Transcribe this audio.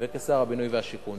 וכשר הבינוי והשיכון,